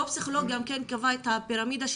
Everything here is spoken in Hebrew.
אותו פסיכולוג קבע גם את הפירמידה של